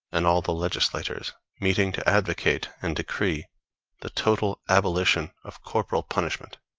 and all the legislators, meeting to advocate and decree the total abolition of corporal punishment,